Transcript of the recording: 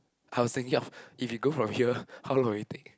I was thinking of if we go from here how long will it take